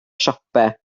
siopau